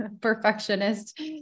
perfectionist